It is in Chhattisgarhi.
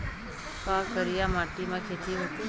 का करिया माटी म खेती होथे?